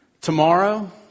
Tomorrow